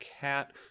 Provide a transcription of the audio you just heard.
cat